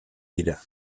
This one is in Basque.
dira